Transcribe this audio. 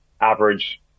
average